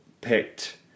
picked